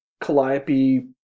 Calliope